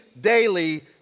daily